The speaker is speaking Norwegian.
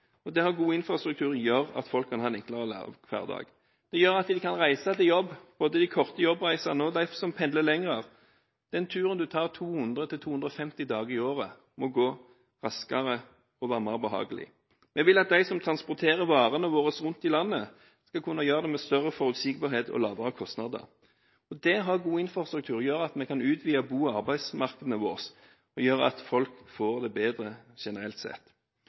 det å ha god infrastruktur gjør at folk kan få en enklere hverdag. For dem som reiser til jobb – både de som har korte jobbreiser og de som pendler lenger – må den turen de tar 200–250 dager i året, gå raskere og være mer behagelig. Vi vil at de som transporterer varene våre rundt i landet, skal kunne gjøre det med større forutsigbarhet og lavere kostnader. Det å ha god infrastruktur gjør at vi kan utvide bo-områdene og arbeidsmarkedene våre, og gjør at folk får det bedre generelt sett.